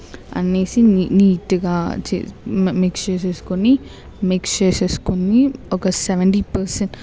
అన్నీ వేసి నీ నీట్గా మి మిక్స్ చేసుకొని మిక్స్ చేసుకుని ఒక సెవెంటీ పర్సెట్